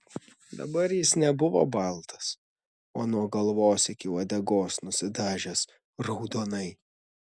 dabar jis nebuvo baltas o nuo galvos iki uodegos nusidažęs raudonai